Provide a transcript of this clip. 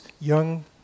young